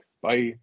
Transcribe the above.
bye